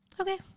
okay